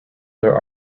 there